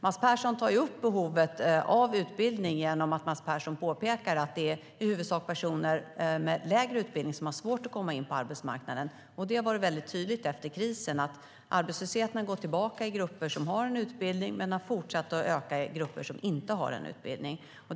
Mats Persson tar upp behovet av utbildning genom att Mats Persson påpekar att det i huvudsak är personer med lägre utbildning som har svårt att komma in på arbetsmarknaden. Det har varit mycket tydligt efter krisen att arbetslösheten går tillbaka i grupper som har utbildning men har fortsatt att öka i grupper som inte har utbildning.